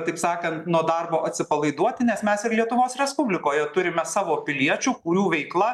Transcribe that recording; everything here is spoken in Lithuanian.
taip sakant nuo darbo atsipalaiduoti nes mes ir lietuvos respublikoje turime savo piliečių kurių veikla